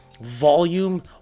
volume